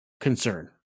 concern